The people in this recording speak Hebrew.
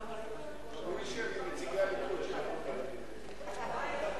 מה יש לך להגיד, סגן השר?